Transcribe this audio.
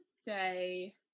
say